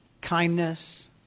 kindness